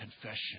confession